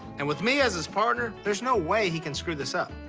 and with me as his partner, there's no way he can screw this up.